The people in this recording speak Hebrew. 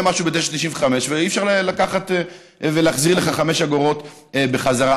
משהו ב-9.95 ואי-אפשר להחזיר לך חמש אגורות בחזרה.